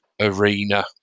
arena